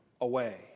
away